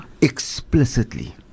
explicitly